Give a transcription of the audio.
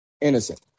innocent